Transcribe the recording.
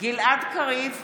גלעד קריב,